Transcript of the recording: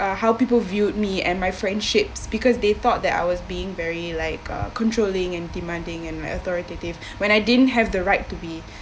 uh how people viewed me and my friendships because they thought that I was being very like uh controlling and demanding and authoritative when I didn't have the right to be